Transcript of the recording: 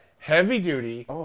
Heavy-duty